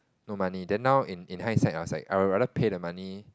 no money then now in in hindsight I was like I would rather pay the money